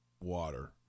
water